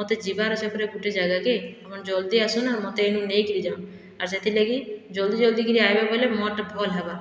ମୋତେ ଯିବାର୍ ଅଛେ ଫେର୍ ଗୋଟିଏ ଜାଗାକେ ଆପଣ ଜଲ୍ଦି ଆସନ୍ ଆର୍ ମୋତେ ଏନୁ ନେଇକରି ଯାଅ ଆର୍ ସେଥିଲାଗି ଜଲ୍ଦି ଜଲ୍ଦି କରି ଆଇବା ବୋଲେ ମୋର୍ ଟିକେ ଭଲ୍ ହେବା